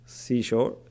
seashore